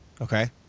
Okay